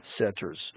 centers